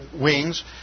wings